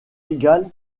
égal